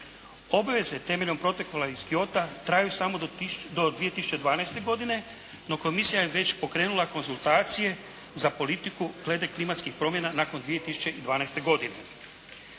Obaveze temeljem Protokola iz Kyota traju samo do 2012. godine no, komisija je već pokrenula konzultacije za politiku glede klimatskih promjena nakon 2012. godine.